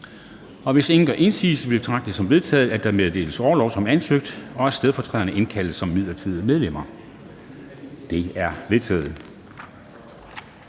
4. Hvis ingen gør indsigelse, betragter jeg det som vedtaget, at der meddeles orlov som ansøgt, og at stedfortræderne indkaldes som midlertidige medlemmer. Det er vedtaget.